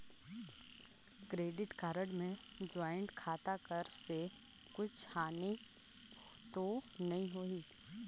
Credit card मे joint खाता कर से कुछ हानि तो नइ होही?